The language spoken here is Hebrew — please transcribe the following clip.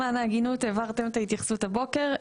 למען ההגינות העברתם את ההתייחסות הבוקר,